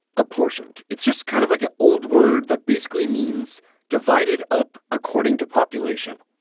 apportioned it's just kind of like an old word that basically means divided up according to population.